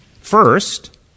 First